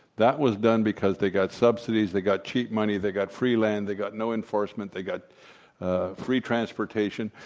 that was done because they got subsidies, they got cheap money, they got free land, they got no enforcement, they got free transportation,